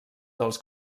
dels